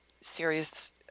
serious